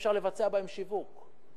אי-אפשר לבצע בהן שיווק.